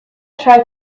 tried